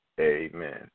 Amen